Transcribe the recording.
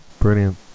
Brilliant